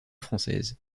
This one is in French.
française